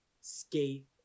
skate